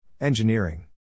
Engineering